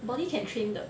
body can train 的